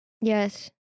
yes